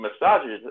massages